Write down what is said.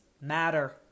matter